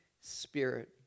spirit